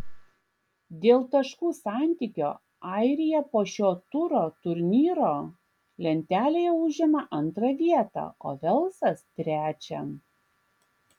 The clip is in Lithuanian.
dėl taškų santykio airija po šio turo turnyro lentelėje užima antrą vietą o velsas trečią